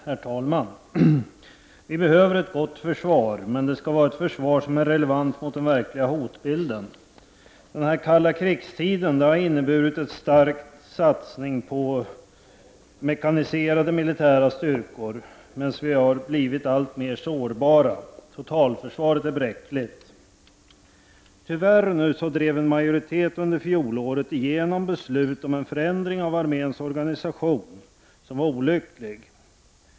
Herr talman! Vi behöver ett gott försvar, men det skall vara ett försvar som är relevant i förhållande till den verkliga hotbilden. Det kalla krigets tid har inneburit en stark satsning på mekaniserade militära styrkor, medan vi blivit alltmer sårbara. Totalförsvaret är bräckligt. Tyvärr drev en majoritet under fjolåret igenom ett beslut om en förändring av arméns organisation som var olycklig.